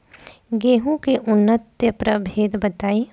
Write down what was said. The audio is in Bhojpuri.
गेंहू के उन्नत प्रभेद बताई?